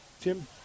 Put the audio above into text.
tim